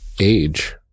Age